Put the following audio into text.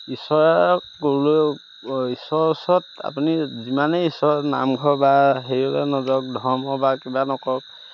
ঈশ্বৰক ক'লেও ঈশ্বৰৰ ওচৰত আপুনি যিমানেই ঈশ্বৰৰ নামঘৰ বা হেৰিলৈ নাযাওক ধৰ্ম বা কিবা নকৰক